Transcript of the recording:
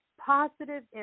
positive